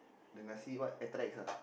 the Nasi what ah